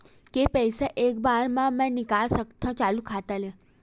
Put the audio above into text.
के पईसा एक बार मा मैं निकाल सकथव चालू खाता ले?